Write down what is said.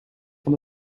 van